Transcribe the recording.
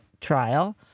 trial